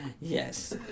Yes